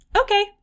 okay